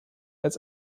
als